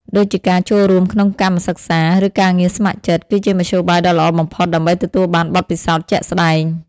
ដូចជាការចូលរួមក្នុងកម្មសិក្សា ឬការងារស្ម័គ្រចិត្ត គឺជាមធ្យោបាយដ៏ល្អបំផុតដើម្បីទទួលបានបទពិសោធន៍ជាក់ស្តែង។